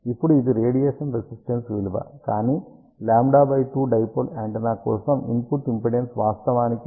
ఇప్పుడు ఇది radiation resistance విలువ కానీ λ2 డైపోల్ యాంటెన్నా కోసం ఇన్పుట్ ఇంపిడెన్స్ వాస్తవానికి 73 j 42